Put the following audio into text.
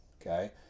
Okay